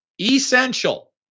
essential